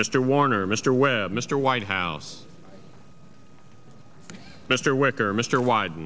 mr warner mr weber mr white house mr wicker mr wyde